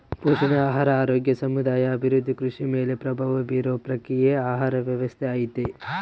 ಪೋಷಣೆ ಆಹಾರ ಆರೋಗ್ಯ ಸಮುದಾಯ ಅಭಿವೃದ್ಧಿ ಕೃಷಿ ಮೇಲೆ ಪ್ರಭಾವ ಬೀರುವ ಪ್ರಕ್ರಿಯೆಯೇ ಆಹಾರ ವ್ಯವಸ್ಥೆ ಐತಿ